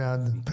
מי בעד?